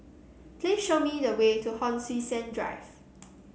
please show me the way to Hon Sui Sen Drive